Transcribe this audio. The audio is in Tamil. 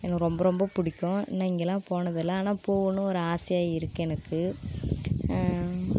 எனக்கு ரொம்ப ரொம்ப பிடிக்கும் இன்னும் இங்கெல்லாம் போனதில்லை ஆனால் போகணும் ஒரு ஆசையாக இருக்குது எனக்கு